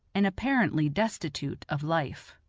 and apparently destitute of life.